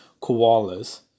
koalas